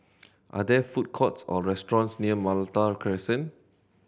are there food courts or restaurants near Malta Crescent